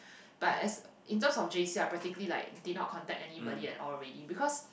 but as in terms of J_C I practically like did not contact anybody at all already because